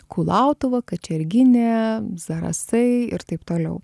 kulautuva kačerginė zarasai ir taip toliau